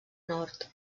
nord